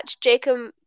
Jacob